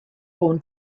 born